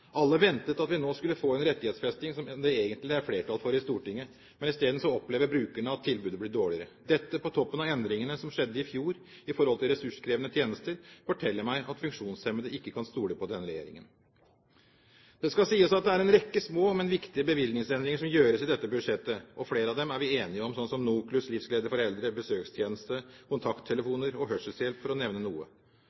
Alle ventet at vi nå skulle få en rettighetsfesting, som det egentlig er flertall for i Stortinget, men isteden opplever brukerne at tilbudet blir dårligere. Dette, på toppen av endringene som skjedde i fjor når det gjaldt ressurskrevende tjenester, forteller meg at funksjonshemmede ikke kan stole på denne regjeringen. Det skal sies at det er en rekke små, men viktige bevilgningsendringer som gjøres i dette budsjettet. Flere av dem er vi enige om, som NOKLUS, Livsglede for Eldre, besøkstjeneste,